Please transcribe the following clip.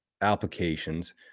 applications